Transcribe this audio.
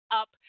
up